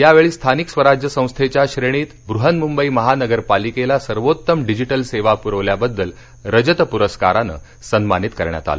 यावेळी स्थानिक स्वराज्य संस्थेच्या श्रेणीत बृहन्मुंबई महानगरपालिकेला सर्वोत्तम डिजिटल सेवा पुरविल्याबद्दल रजत पुरस्कारानं सन्मानित करण्यात आलं